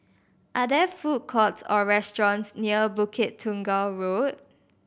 are there food courts or restaurants near Bukit Tunggal Road